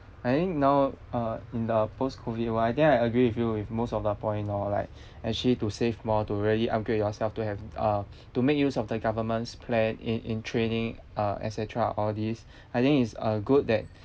I think now uh in the post-COVID world then I agree with you with most of the point lor like actually to save more to really upgrade yourself to have uh to make use of the government's plan in in training uh et cetera all these I think it's a good that